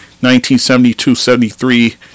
1972-73